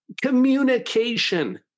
communication